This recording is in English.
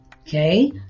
okay